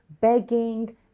begging